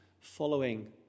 following